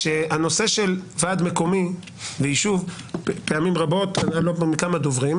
שהנושא של ועד מקומי ויישוב פעמים רבות יש